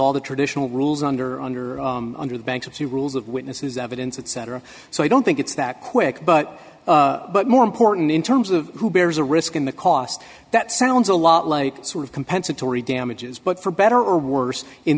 all the traditional rules under under under the bankruptcy rules of witnesses evidence etc so i don't think it's that quick but but more important in terms of who bears a risk in the cost that sounds a lot like sort of compensatory damages but for better or worse in